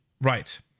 Right